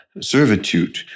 servitude